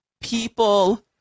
people